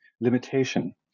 limitation